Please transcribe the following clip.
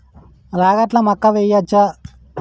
రాగట్ల మక్కా వెయ్యచ్చా?